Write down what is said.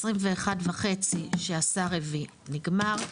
21 וחצי שהשר הביא, נגמר.